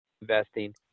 investing